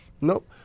Nope